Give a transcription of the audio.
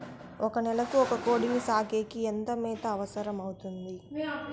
ఒక నెలకు ఒక కోడిని సాకేకి ఎంత మేత అవసరమవుతుంది?